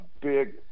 big